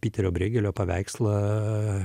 piterio breigelio paveikslą